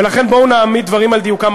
ולכן בואו נעמיד דברים על דיוקם.